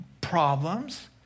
problems